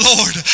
Lord